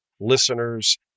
listeners